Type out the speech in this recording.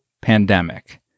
pandemic